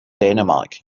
dänemark